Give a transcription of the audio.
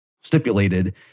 stipulated